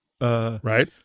right